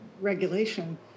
regulation